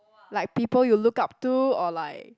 like people you look up to or like